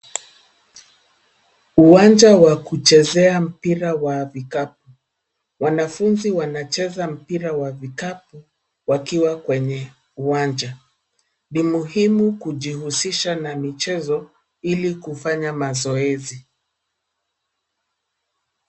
Uwanja wa kuchezea mpira wa vikapu, wanafunzi wanacheza mpira wa kikapu, wakiwa kwenye uwanja. Ni muhimu kujihusisha na michezo, ili kufanya mazoezi.